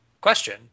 question